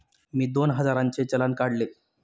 मी दोन हजारांचे चलान काढले